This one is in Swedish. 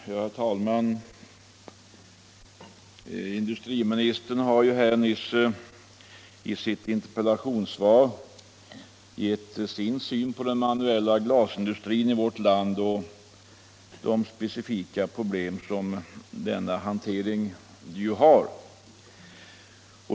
Nr 92 Herr talman! Industriministern har nyss i interpellationssvaret gett sin syn på den manuella glasindustrin i vårt land och de specifika problem som denna hantering har.